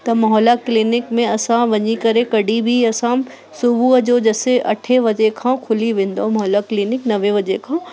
त मोहल्ला क्लीनिक में असां वञी करे कॾहिं बि असां सुबुह जो जैसे अठे वजे खां खुली वेंदो मोहल्ला क्लीनिक नवे वजे खां